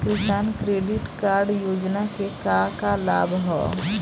किसान credit card योजना के का का लाभ ह?